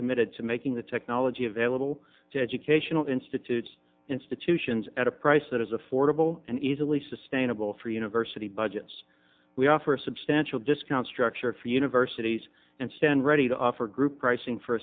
committed to making the technology available to educational institutes institutions at a price that is affordable and easily sustainable for university budgets we offer a substantial discount structure for universities and stand ready to offer group pricing for